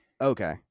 Okay